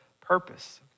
purpose